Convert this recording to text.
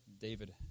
David